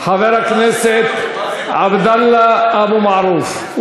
חבר הכנסת עבדאללה אבו מערוף,